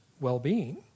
well-being